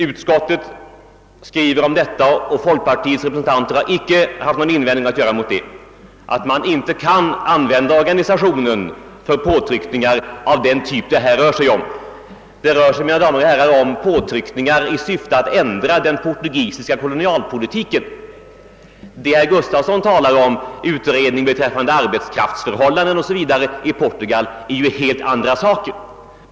Utskottet skriver om EFTA — och folkpartiets representanter har inte haft någonting att invända häremot — att man inte kan använda organisationen för påtryckningar av den typ det här rör sig om. Det är nämligen, mina damer och herrar, fråga om påtryckningar i syfte att ändra den portugisiska kolonialpolitiken. Det som herr Gustafson i Göteborg talar om gäller en utredning om arbetsförhållanden o. s. Vv. i Portugal, och det är en helt annan sak.